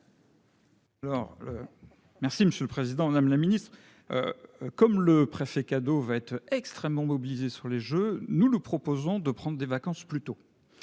Merci, monsieur le Président Madame la Ministre. Comme le préfet cadeau va être extrêmement mobilisés sur les jeux nous nous proposons de prendre des vacances plutôt.